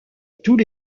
tous